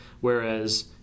Whereas